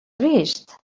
vist